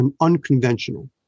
unconventional